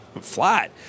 flat